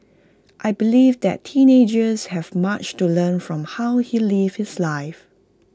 I believe that teenagers have much to learn from how he lived his life